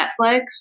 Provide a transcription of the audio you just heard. Netflix